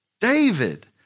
David